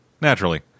naturally